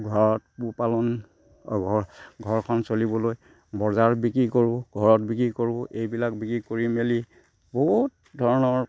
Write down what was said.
ঘৰত পোহপালন ঘৰখন চলিবলৈ বজাৰ বিক্ৰী কৰোঁ ঘৰত বিক্ৰী কৰোঁ এইবিলাক বিক্ৰী কৰি মেলি বহুত ধৰণৰ